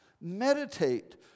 meditate